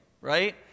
right